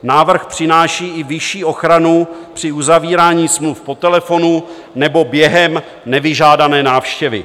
Návrh přináší i vyšší ochranu při uzavírání smluv po telefonu nebo během nevyžádané návštěvy.